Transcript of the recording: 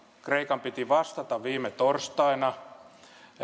kreikan piti vastata viime torstaina